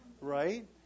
Right